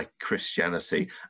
christianity